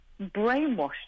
brainwashed